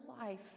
life